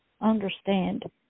Understand